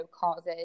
causes